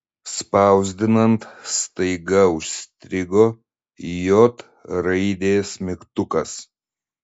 spausdinant staiga užstrigo j raidės mygtukas